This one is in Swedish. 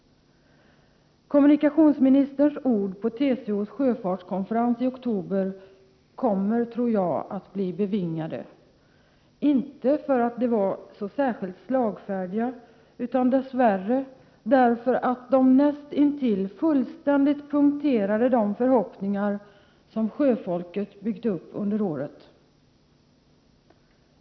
Kommunikationsministerns ord på TCO:s sjöfartskonferens i oktober kommer att bli bevingade —-inte för att det han sade var särskilt slagfärdigt utan dess värre för att det näst intill fullständigt punkterade de förhoppningar som sjöfolket byggt upp under året.